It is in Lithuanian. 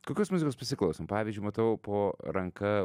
kokios muzikos pasiklausom pavyzdžiui matau po ranka